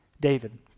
David